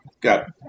got